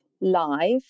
live